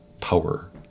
power